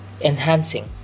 enhancing